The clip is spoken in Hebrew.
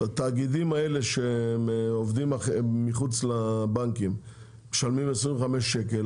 שבתאגידים האלה שהם עובדים מחוץ לבנקים משלמים 25 שקל,